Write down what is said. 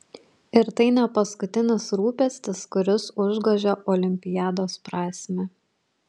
ir tai ne paskutinis rūpestis kuris užgožia olimpiados prasmę